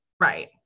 right